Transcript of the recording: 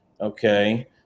okay